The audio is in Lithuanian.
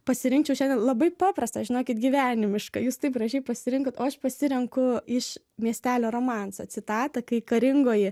pasirinkčiau šiandien labai paprastą žinokit gyvenimišką jūs taip gražiai pasirinkot o aš pasirenku iš miestelio romanso citatą kai karingoji